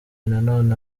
nanone